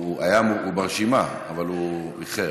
הוא ברשימה אבל הוא איחר.